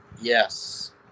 Yes